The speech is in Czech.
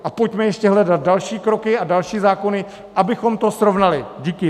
A pojďme ještě hledat další kroky a další zákony, abychom to srovnali. Díky.